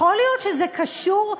יכול להיות שזה קשור,